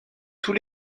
tous